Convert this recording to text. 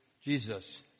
Jesus